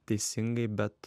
teisingai bet